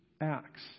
acts